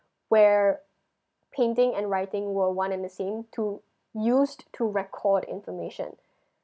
where painting and writing were one in a same to used to record information